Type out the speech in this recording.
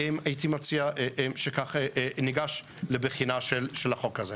הייתי מציע שכך ניגש לבחינה של החוק הזה.